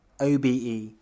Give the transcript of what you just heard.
OBE